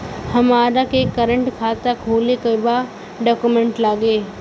हमारा के करेंट खाता खोले के बा का डॉक्यूमेंट लागेला?